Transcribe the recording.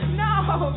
no